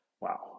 Wow